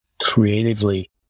creatively